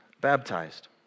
baptized